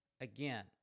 again